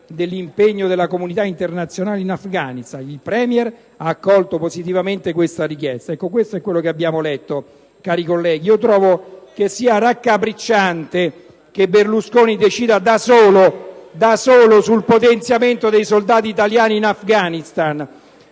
dell'impegno della comunità internazionale in Afghanistan. Il *Premier* ha accolto positivamente questa richiesta». Questo è ciò che abbiamo letto, cari colleghi. Ebbene, io trovo che sia raccapricciante che Berlusconi decida, da solo, sul potenziamento dei soldati italiani in Afghanistan